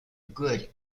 good